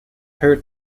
heard